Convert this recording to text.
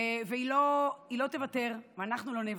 היא לא תוותר ואנחנו לא נוותר.